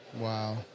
Wow